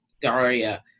Daria